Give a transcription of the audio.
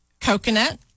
coconut